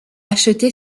acheter